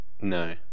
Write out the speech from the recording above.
no